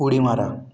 उडी मारा